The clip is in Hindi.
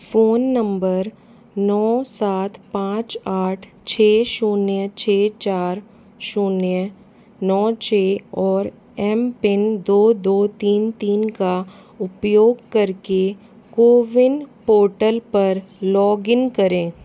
फ़ोन नंबर नौ सात पाँच आठ छः शून्य छः चार शून्य नौ छः और एम पिन दो दो तीन तीन का उपयोग करके कोविन पोर्टल पर लॉगइन करें